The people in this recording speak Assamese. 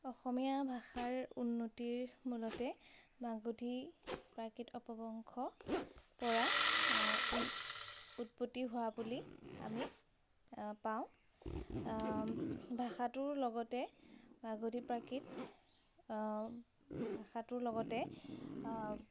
অসমীয়া ভাষাৰ উন্নতিৰ মূলতে মাগধী প্ৰাকৃত অপভ্ৰংশৰপৰা উৎপত্তি হোৱা বুলি আমি পাওঁ ভাষাটোৰ লগতে মাগধী প্ৰাকৃত ভাষাটোৰ লগতে